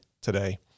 today